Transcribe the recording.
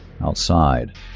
Outside